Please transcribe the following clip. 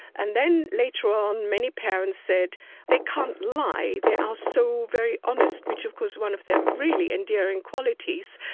and then later on many parents said they can't lie, they are so very honest, which of course is one of their really endearing qualities.